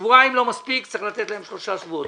שבועיים לא מספיקים וצריך לתת להם שלושה שבועות.